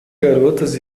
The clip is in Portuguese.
garotas